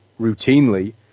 routinely